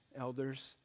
elders